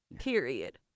Period